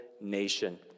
nation